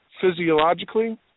physiologically